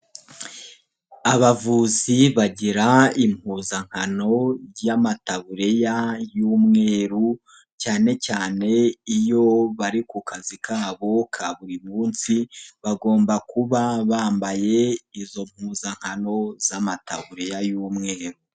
Abavuzi bagira impuzankano y'amataburiya y'umweru cyane cyane iyo bari ku kazi kabo ka buri munsi bagomba kuba bambaye izo mpuzankano z'amataburiya y'umweru.